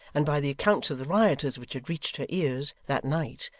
and by the accounts of the rioters which had reached her ears that night,